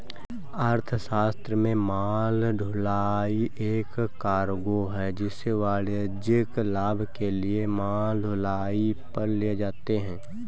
अर्थशास्त्र में माल ढुलाई एक कार्गो है जिसे वाणिज्यिक लाभ के लिए माल ढुलाई पर ले जाते है